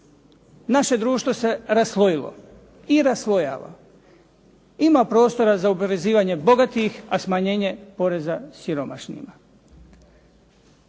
Naše društvo se raslojilo i raslojava. Ima prostora za oporezivanje bogatih, a smanjenje poreza siromašnima.